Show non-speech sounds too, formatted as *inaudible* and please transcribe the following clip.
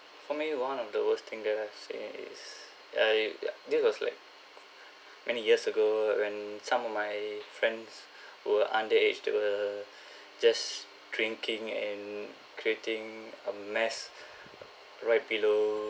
for me one of the worst thing that I've seen is I this was like *breath* many years ago when some of my friends *breath* were underage to err *breath* just drinking and creating a mess *breath* right below